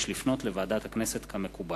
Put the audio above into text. יש לפנות לוועדת הכנסת כמקובל.